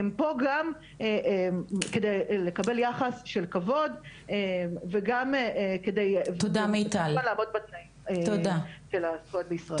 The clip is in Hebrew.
הם פה גם כדי לקבל יחס של כבוד וגם כדי שנעמוד בתנאים של העסקתם בישראל.